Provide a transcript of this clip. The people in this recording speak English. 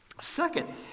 Second